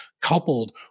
Coupled